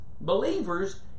believers